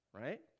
right